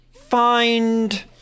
find